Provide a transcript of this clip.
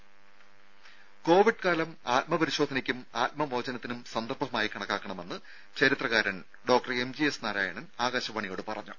രംഭ covid ആത്മപരിശോധനക്കും കാലം ആത്മമോചനത്തിനും സന്ദർഭമായി കണക്കാക്കണമെന്ന് ചരിത്രകാരൻ എംജിഎസ് നാരായണൻ ആകാശവാണിയോട് പറഞ്ഞു